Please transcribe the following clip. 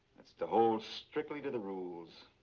to hold strictly to the rules,